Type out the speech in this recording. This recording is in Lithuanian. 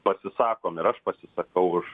pasisakom ir aš pasisakau už